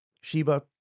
Sheba